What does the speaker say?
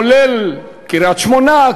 כולל קריית-שמונה,